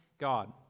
God